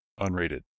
unrated